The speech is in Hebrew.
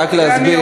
רק להסביר,